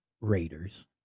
Raiders